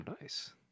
nice